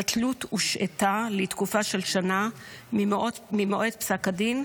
הבטלות הושעתה לתקופה של שנה ממועד פסק הדין,